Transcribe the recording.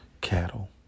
cattle